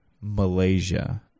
Malaysia